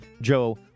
Joe